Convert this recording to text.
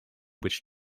which